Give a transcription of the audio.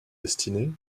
destiné